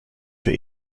für